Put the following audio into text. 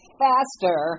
faster